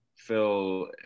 phil